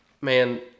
Man